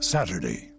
Saturday